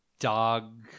dog